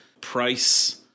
price